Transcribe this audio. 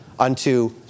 unto